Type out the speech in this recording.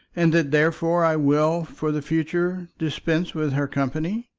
and that therefore i will for the future dispense with her company?